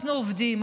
אנחנו עובדים,